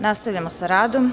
Nastavljamo sa radom.